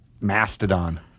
mastodon